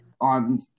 on